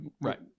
right